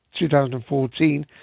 2014